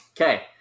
Okay